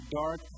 dark